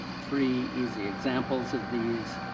three easy examples of these,